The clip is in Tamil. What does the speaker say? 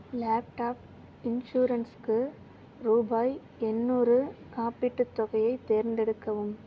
லேப்டாப் இன்ஷுரன்ஸுக்கு ரூபாய் எண்ணூறு காப்பீட்டுத் தொகையை தேர்ந்தெடுக்கவும்